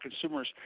consumers